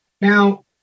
Now